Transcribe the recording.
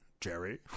Jerry